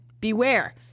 beware